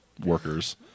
Workers